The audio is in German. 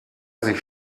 sich